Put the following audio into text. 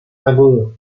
agudo